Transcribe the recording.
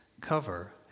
cover